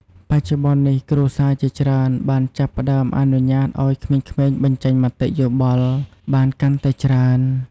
បច្ចុប្បន្ននេះ គ្រួសារជាច្រើនបានចាប់ផ្ដើមអនុញ្ញាតឲ្យក្មេងៗបញ្ចេញមតិយោបល់បានកាន់តែច្រើន។